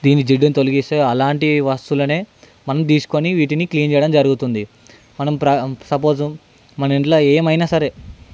దీని జిడ్డును తొలగిస్తాయో అలాంటి వస్తువులనే మనం తీసుకొని వీటిని క్లీన్ చేయడం జరుగుతుంది మనం ప్ర సపోజ్ మన ఇంట్లో ఏమైనా సరే